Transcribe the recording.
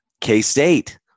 K-State